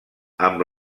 amb